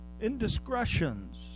indiscretions